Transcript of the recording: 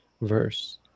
verse